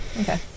okay